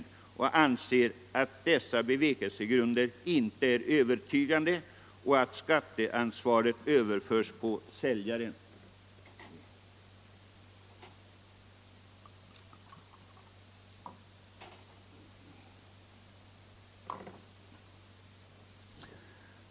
Reservanterna anser att dessa bevekelsegrunder inte är övertygande och att skatteansvaret överförs på säljaren.